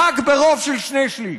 ורק ברוב של שני שלישים.